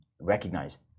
recognized